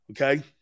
Okay